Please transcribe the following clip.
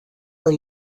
are